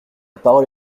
parole